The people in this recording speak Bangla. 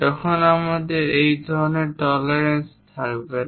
যখন আমাদের এই ধরনের টলারেন্স থাকবে না